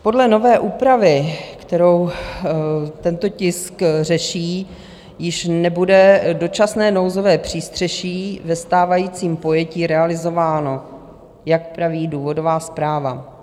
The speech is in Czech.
Podle nové úpravy, kterou tento tisk řeší, již nebude dočasné nouzové přístřeší ve stávajícím pojetí realizováno, jak praví důvodová zpráva.